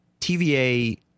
TVA